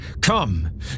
Come